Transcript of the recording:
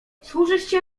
cóżeście